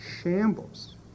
shambles